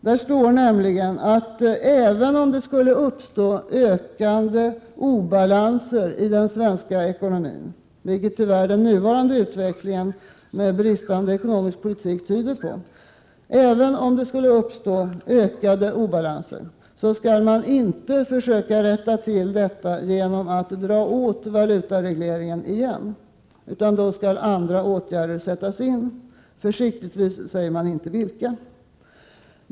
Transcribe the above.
Där står nämligen att även om det skulle uppstå ökade obalanser i den svenska ekonomin — vilket tyvärr den nuvarande utvecklingen med regeringens bristande ekonomiska politik tyder på — så skall man inte försöka rätta till detta genom att dra åt valutaregleringen igen. Då skall andra åtgärder sättas in — försiktigtvis säger man inte vilka.